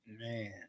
man